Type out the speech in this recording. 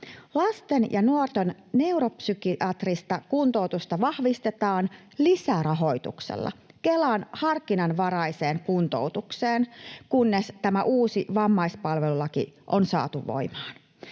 Lasten ja nuorten neuropsykiatrista kuntoutusta vahvistetaan lisärahoituksella Kelan harkinnanvaraiseen kuntoutukseen, kunnes tämä uusi vammaispalvelulaki on saatu voimaan.